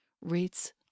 rates